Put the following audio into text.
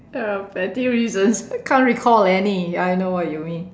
ya petty reasons can't recall any I know what you mean